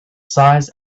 size